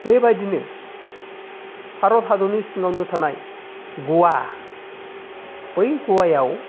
बेबायदिनो भारत हादरनि सिङावनो थानाय गवा बै गवायाव